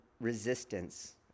resistance